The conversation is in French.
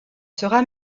sera